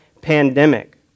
pandemic